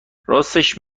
راستش